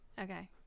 Okay